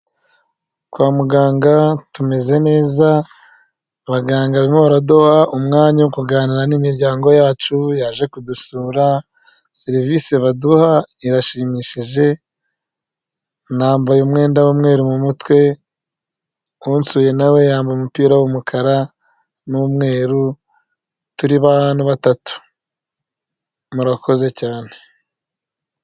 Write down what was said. Kwa muganga tumeze neza abaganga barimo baraduha umwanya wo kuganira n'imiryango yacu yaje kudusura, serivisi baduha irashimishije nambaye umwenda w'umweru mu mutwe unsuye nawe yambaye umupira w'umukara n'umweru turi batatu murakoze cyane